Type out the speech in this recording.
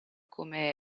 come